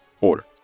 order